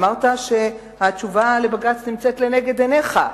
אמרת שהתשובה לבג"ץ נמצאת לנגד עיניך.